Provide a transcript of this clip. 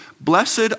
Blessed